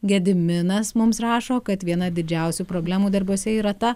gediminas mums rašo kad viena didžiausių problemų darbuose yra ta